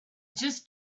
just